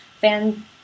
fan